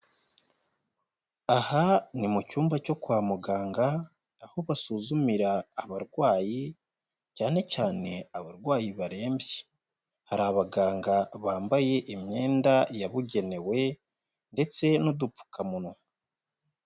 Aha ni mu cyumba cyo kwa muganga, aho basuzumira abarwayi cyane cyane abarwayi barembye, hari abaganga bambaye imyenda yabugenewe ndetse n'udupfukamunwa.